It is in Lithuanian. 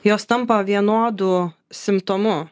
jos tampa vienodu simptomu